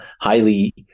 highly